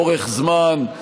לאורך זמן,